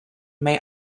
may